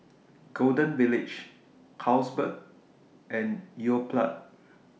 Golden Village Carlsberg and Yoplait